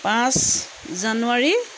পাঁচ জানুৱাৰী